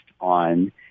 on